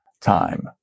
time